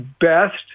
best